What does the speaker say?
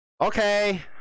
Okay